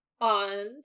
on